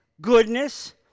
goodness